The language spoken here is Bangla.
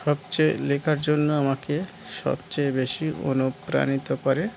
সবচেয়ে লেখার জন্য আমাকে সবচেয়ে বেশি অনুপ্রাণিত করে